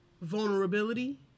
vulnerability